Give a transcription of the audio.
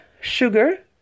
sugar